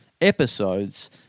episodes